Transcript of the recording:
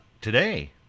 Today